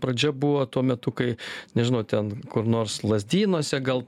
pradžia buvo tuo metu kai nežinau ten kur nors lazdynuose gal